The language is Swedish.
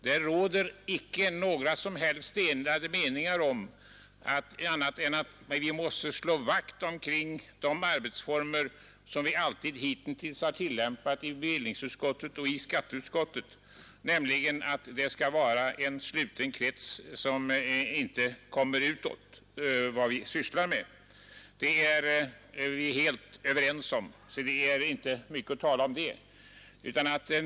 Det råder inte några som helst delade meningar om att vi bör slå vakt om de arbetsformer som vi hittills har tillämpat i bevillningsutskottet och skatteutskottet, nämligen att ärendena behandlas i en sluten krets och att det inte får komma ut någonting av det som vi sysslar med. Vi är helt överens om detta , och det är därför inte mycket att tala om.